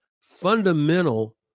fundamental